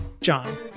John